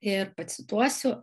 ir pacituosiu